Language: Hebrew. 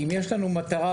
אם יש לנו מטרה,